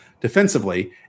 defensively